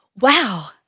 Wow